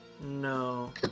No